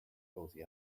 cozy